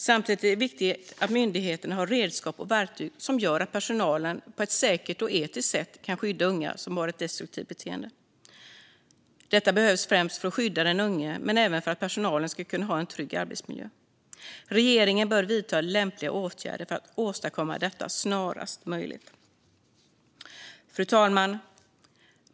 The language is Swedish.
Samtidigt är det viktigt att myndigheten har de redskap och verktyg som gör att personalen på ett säkert och etiskt sätt kan skydda unga som har ett destruktivt beteende. Detta behövs främst för att skydda den unge men även för att personalen ska kunna ha en trygg arbetsmiljö. Regeringen bör vidta lämpliga åtgärder för att åstadkomma detta snarast möjligt. Fru talman!